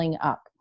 up